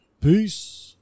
Peace